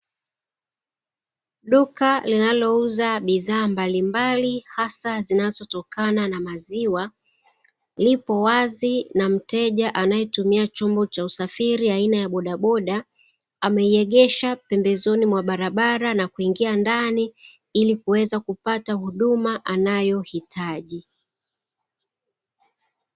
Duka linaloouza bidhaa mbalimbali hasa zinazotokana na maziwa, lipo wazi, na mteja anaetumia chombo cha usafiri aina ya bodaboda, ameiegesha pembezoni mwa barabara na kuingia ndani ili kuweza kupata huduma anayohitaji.